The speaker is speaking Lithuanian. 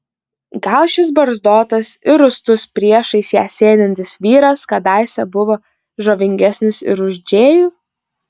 gal šis barzdotas ir rūstus priešais ją sėdintis vyras kadaise buvo žavingesnis ir už džėjų